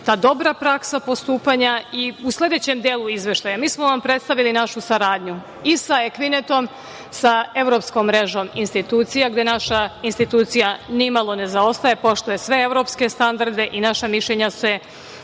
ta dobra praksa postupanja i u sledećem delu izveštaja. Mi smo vam predstavili našu saradnju i sa EKVINET-om, sa Evropskom mrežom institucija, gde naša institucija nimalo ne zaostaje, poštuje sve evropske standarde i naša mišljenja se naročito